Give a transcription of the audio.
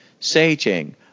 saging